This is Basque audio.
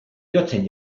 jotzen